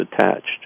attached